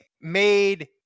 made